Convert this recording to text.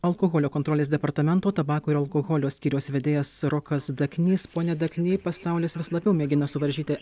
alkoholio kontrolės departamento tabako ir alkoholio skyriaus vedėjas rokas daknys pone dakny pasaulis vis labiau mėgina suvaržyti